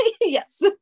yes